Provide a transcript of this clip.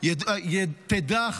כנסת נכבדה,